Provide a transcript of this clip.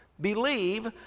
Believe